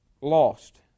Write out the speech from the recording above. lost